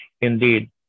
Indeed